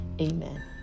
Amen